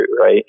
right